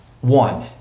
One